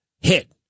hit